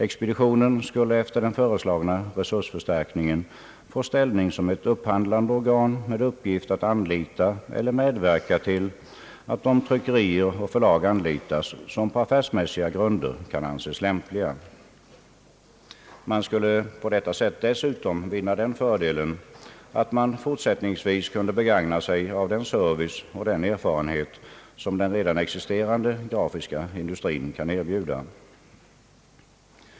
Expeditionen skulle efter den föreslagna resursförstärkningen få ställning som ett upphandlande organ med uppgift att anlita eller medverka till att de tryckerier och förlag anlitas, som på affärsmässiga grunder kan anses lämpliga. Man skulle på detta sätt dessutom vinna den fördelen att man fortsättningsvis kunde begagna sig av den service och den erfarenhet som den redan existerande grafiska industrin kan erbjuda.